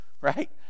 right